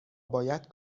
باید